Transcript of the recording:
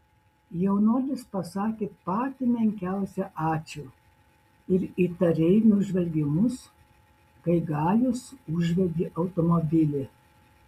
jaunuolis pasakė patį menkiausią ačiū ir įtariai nužvelgė mus kai gajus užvedė automobilį